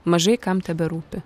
mažai kam teberūpi